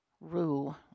rule